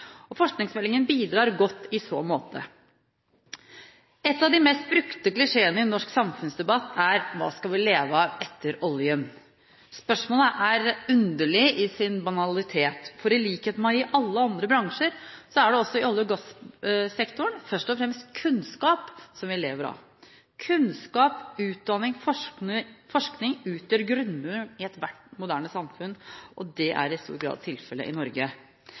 samfunnet. Forskningsmeldingen bidrar godt i så måte. En av de mest brukte klisjeene i norsk samfunnsdebatt er: Hva skal vi leve av etter oljen? Spørsmålet er underlig i sin banalitet. I likhet med i alle andre bransjer er det også i olje- og gassektoren først og fremst kunnskap vi lever av. Kunnskap, utdanning og forskning utgjør grunnmuren i ethvert moderne samfunn. Det er i stor grad tilfellet i Norge